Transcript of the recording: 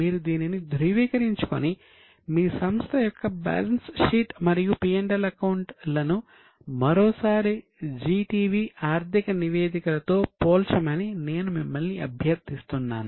మీరు దీనిని ధ్రువీకరించుకొని మీ సంస్థ యొక్క బ్యాలెన్స్ షీట్ మరియు P L అకౌంట్ లను మరోసారి జీ టీవీ ఆర్థిక నివేదికలతో పోల్చమని నేను మిమ్మల్ని అభ్యర్థిస్తున్నాను